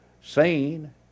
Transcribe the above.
seen